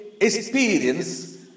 experience